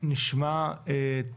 נשמע את